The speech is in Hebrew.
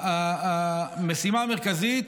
המשימה המרכזית